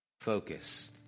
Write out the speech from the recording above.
focus